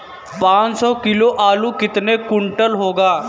पाँच सौ किलोग्राम आलू कितने क्विंटल होगा?